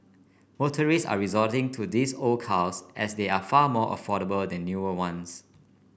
motorists are resorting to these old cars as they are far more affordable than newer ones